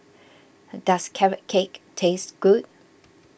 does Carrot Cake taste good